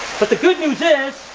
but the good news is,